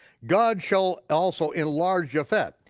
god shall also enlarge yefet,